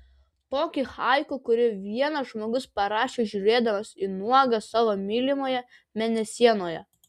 tokį haiku kurį vienas žmogus parašė žiūrėdamas į nuogą savo mylimąją mėnesienoje